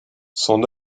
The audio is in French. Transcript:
son